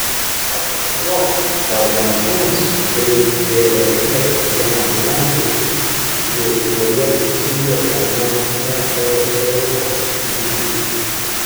anot jo darbo našumas bei bvp vienam gyventojui lietuvoje atsilieka nuo ebpo vidurkio